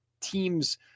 teams